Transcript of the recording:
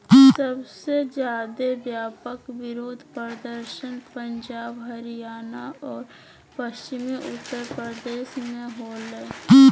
सबसे ज्यादे व्यापक विरोध प्रदर्शन पंजाब, हरियाणा और पश्चिमी उत्तर प्रदेश में होलय